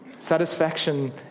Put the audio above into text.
Satisfaction